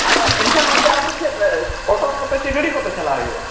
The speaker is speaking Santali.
ᱟᱨᱚ ᱮᱱᱠᱷᱟᱱ ᱚᱱᱛᱮ ᱟᱨᱦᱚᱸ ᱪᱮᱫ ᱨᱮ ᱚᱴᱳ ᱠᱚᱛᱮ ᱪᱮ ᱜᱟᱹᱰᱤ ᱠᱚᱛᱮ ᱪᱟᱞᱟᱣ ᱦᱩᱭᱩᱜᱼᱟ